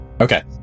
Okay